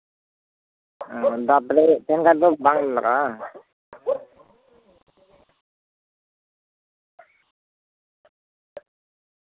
ᱫᱟᱜ ᱵᱚᱞᱮ ᱠᱚᱢ ᱛᱟᱦᱮᱸᱱ ᱠᱷᱟᱱ ᱫᱚ ᱵᱟᱝ ᱞᱟᱜᱟᱜᱼᱟ